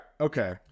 Okay